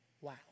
Wow